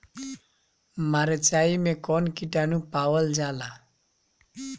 मारचाई मे कौन किटानु पावल जाला?